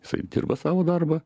jisai dirba savo darbą